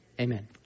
Amen